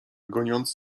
goniąc